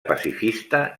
pacifista